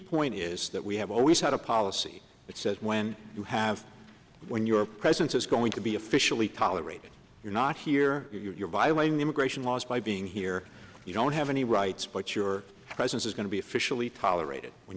point is that we have always had a policy that says when you have when your presence is going to be officially tolerated you're not here you're violating the immigration laws by being here you don't have any rights but your presence is going to be officially tolerated when